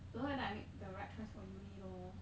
don't know whether I make the right choice for uni lor